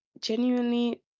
genuinely